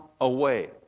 away